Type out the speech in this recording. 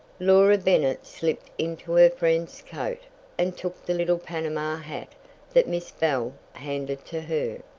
laura bennet slipped into her friend's coat and took the little panama hat that miss bell handed to her.